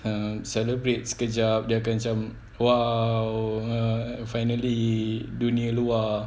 um celebrate sekejap dia akan macam !wow! ah finally dunia luar